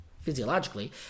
physiologically